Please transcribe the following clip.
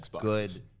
good